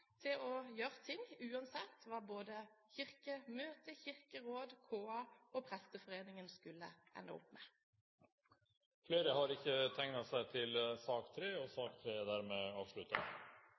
til å gjøre ting, uansett hva Kirkemøtet, Kirkerådet, KA og Presteforeningen skulle ende opp med. Flere har ikke bedt om ordet til sak nr. 3. Bakgrunnen for denne interpellasjonen er